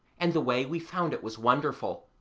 and the way we found it was wonderful.